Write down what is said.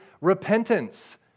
repentance